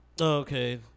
Okay